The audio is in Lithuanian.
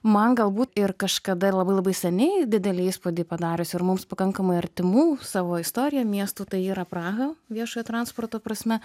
man galbūt ir kažkada labai labai seniai didelį įspūdį padariusi ir mums pakankamai artimų savo istorija miestų tai yra praha viešojo transporto prasme